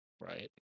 Right